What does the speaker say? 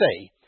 say